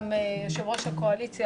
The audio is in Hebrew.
גם יושב-ראש הקואליציה,